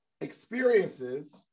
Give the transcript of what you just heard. experiences